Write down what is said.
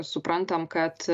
suprantam kad